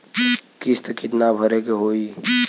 किस्त कितना भरे के होइ?